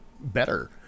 better